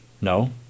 No